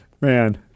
man